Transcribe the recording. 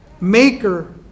maker